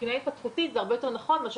מבחינה התפתחותית זה הרבה יותר נכון מאשר